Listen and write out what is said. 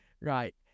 Right